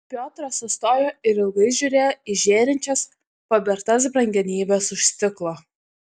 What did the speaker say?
piotras sustojo ir ilgai žiūrėjo į žėrinčias pabertas brangenybes už stiklo